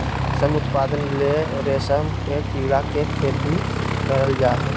रेशम उत्पादन ले रेशम के कीड़ा के खेती करल जा हइ